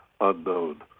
unknown